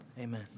Amen